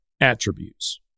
attributes